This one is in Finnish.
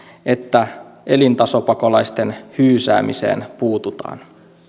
että elintasopakolaisten hyysäämiseen puututaan